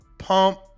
Pump